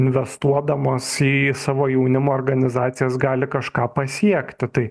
investuodamos į savo jaunimo organizacijas gali kažką pasiekti tai